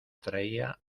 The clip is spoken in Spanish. traía